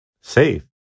safe